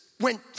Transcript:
went